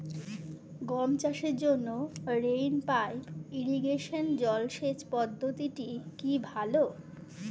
গম চাষের জন্য রেইন পাইপ ইরিগেশন জলসেচ পদ্ধতিটি কি ভালো?